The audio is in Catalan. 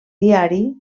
diari